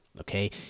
okay